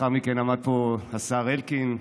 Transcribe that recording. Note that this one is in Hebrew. לאחר מכן עמד פה השר אלקין,